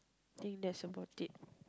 think that's about it